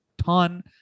ton